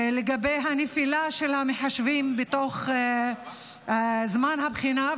לגבי הנפילה של המחשבים בזמן הבחינה,